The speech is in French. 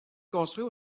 construit